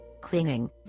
clinging